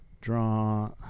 Draw